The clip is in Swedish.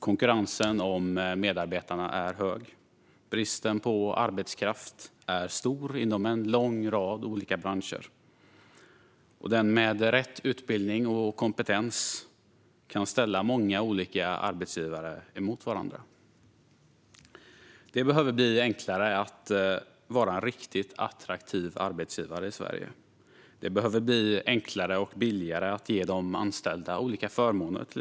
Konkurrensen om medarbetarna är hög. Bristen på arbetskraft är stor inom en lång rad branscher. Den med rätt utbildning och kompetens kan ställa många olika arbetsgivare mot varandra. Det behöver bli enklare att vara en riktigt attraktiv arbetsgivare i Sverige. Det behöver bli enklare och billigare att ge de anställda olika förmåner.